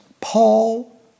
Paul